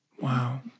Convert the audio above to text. Wow